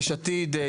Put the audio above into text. יש עתיד,